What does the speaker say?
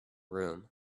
room